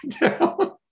down